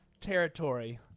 territory